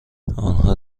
آنها